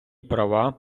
права